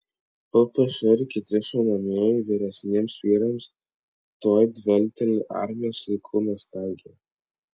ppš ir kiti šaunamieji vyresniems vyrams tuoj dvelkteli armijos laikų nostalgija